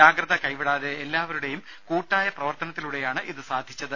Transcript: ജാഗ്രത കൈവിടാതെ എല്ലാവരുടെയും കൂട്ടായ പ്രവർത്തനത്തിലൂടെയാണ് ഇത് സാധിച്ചത്